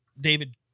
David